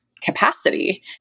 capacity